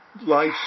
life